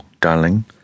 darling